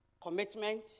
Commitment